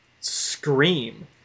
scream